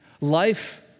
Life